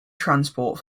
transport